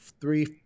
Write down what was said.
three